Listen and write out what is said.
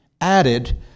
added